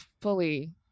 fully